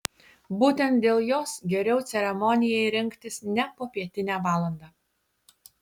būtent dėl jos geriau ceremonijai rinktis ne popietinę valandą